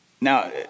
Now